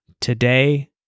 Today